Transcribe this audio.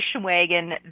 wagon